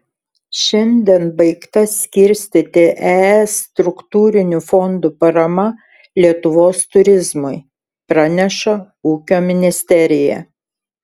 šiandien baigta skirstyti es struktūrinių fondų parama lietuvos turizmui praneša ūkio ministerija